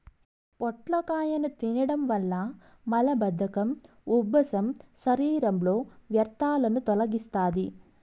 పొట్లకాయను తినడం వల్ల మలబద్ధకం, ఉబ్బసం, శరీరంలో వ్యర్థాలను తొలగిస్తాది